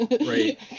Right